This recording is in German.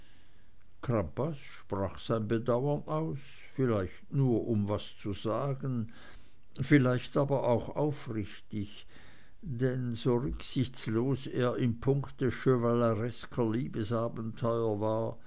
sein bedauern aus vielleicht nur um was zu sagen vielleicht aber auch aufrichtig denn so rücksichtslos er im punkte chevaleresker liebesabenteuer war